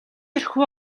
орхив